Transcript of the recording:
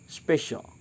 special